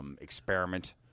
experiment